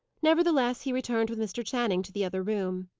nevertheless, he returned with mr. channing to the other room.